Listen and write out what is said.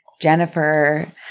Jennifer